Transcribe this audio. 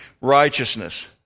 righteousness